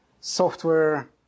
software